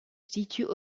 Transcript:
situent